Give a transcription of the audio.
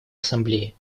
ассамблеи